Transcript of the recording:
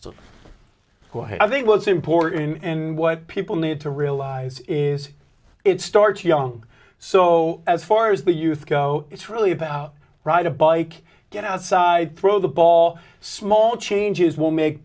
who i think was important and what people need to realize is it starts young so as far as the youth go it's really about ride a bike get outside throw the ball small changes will make